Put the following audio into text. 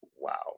wow